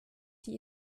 die